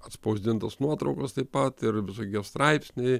atspausdintos nuotraukos taip pat ir visokie straipsniai